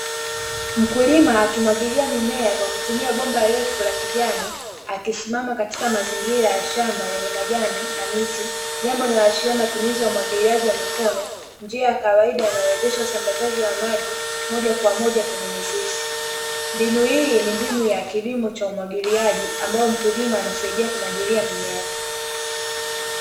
Mkulima akimwagilia mimea kwa kutumia bomba refu la kijani, akisimama katika mazingira ya shamba lenye majani na miti. Jambo linaloashiria umwagiliaji wa mikono, njia ya kawaida inayowezesha usambazaji wa maji moja kwa moja kwenye mizizi. Mbinu hii ni mbinu ya kilimo cha umwagiliaji ambayo mkulima anasaidia kumwagilia mimea.